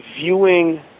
viewing